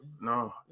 No